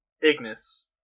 Ignis